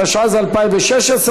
התשע"ז 2016,